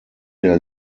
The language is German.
der